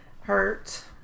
hurt